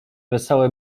wesołe